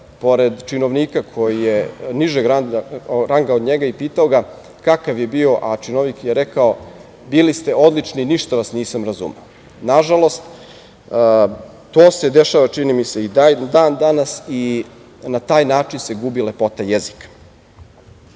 pored činovnika koji je nižeg ranga od njega i pitao ga kakav je bio, a činovnik je rekao – bili ste odlični, ništa vas nisam razumeo. Nažalost, to se dešava, čini mi se, i dan danas i na taj način se gubi lepota jezika. Ipak,